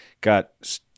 got